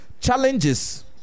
Challenges